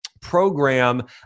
Program